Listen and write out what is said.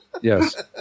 Yes